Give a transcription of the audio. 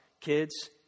kids